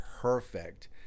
perfect